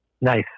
Nice